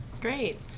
Great